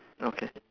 okay